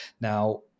Now